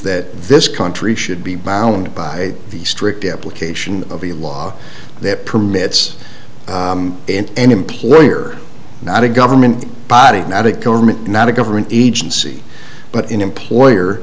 that this country should be bound by the strict application of a law that permits in an employer not a government body not a government not a government agency but an employer